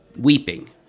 weeping